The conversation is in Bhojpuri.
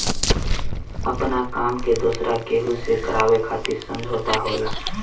आपना काम के दोसरा केहू से करावे खातिर समझौता होला